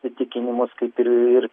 įsitikinimus kaip ir